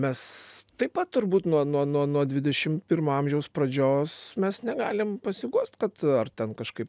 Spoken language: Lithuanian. mes taip pat turbūt nuo nuo nuo dvidešim pirmo amžiaus pradžios mes negalim pasiguost kad ar ten kažkaip